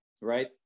right